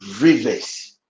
rivers